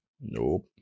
Nope